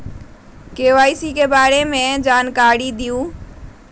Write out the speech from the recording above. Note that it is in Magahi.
के.वाई.सी के बारे में जानकारी दहु?